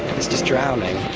it's just drowning.